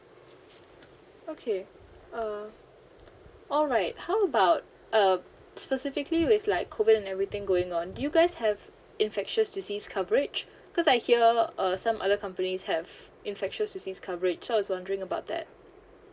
okay uh alright how about uh specifically with like COVID and everything going on do you guys have infectious disease coverage because I hear uh some other companies have infectious disease coverage so I was wondering about that